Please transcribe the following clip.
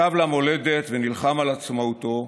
שב למולדת ונלחם על עצמאותו,